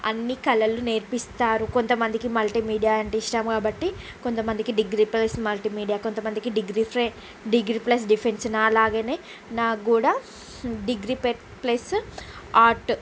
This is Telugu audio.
అన్ని కళలు నేర్పిస్తారు కొంతమందికి మల్టీమీడియా అంటే ఇష్టం కాబట్టి కొంతమందికి డిగ్రీ ప్లస్ మల్టీమీడియా కొంత మందికి డిగ్రీ ఫ్రె ప్లస్ డిఫెన్స్ నాలాగనే నాకు కూడా డిగ్రీ పె ప్లస్ ఆర్ట్